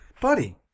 buddy